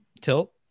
tilt